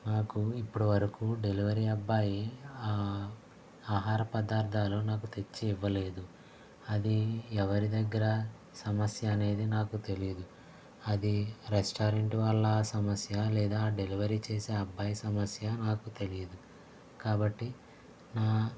నాకు ఇప్పుడు వరకు డెలివరీ అబ్బాయి ఆ ఆహార పదార్థాలు నాకు తెచ్చి ఇవ్వలేదు అది ఎవరి దగ్గర సమస్య అనేది నాకు తెలియదు అది రెస్టారెంట్ వాళ్ళ సమస్య లేదా డెలివరీ చేసే అబ్బాయి సమస్య నాకు తెలియదు కాబట్టి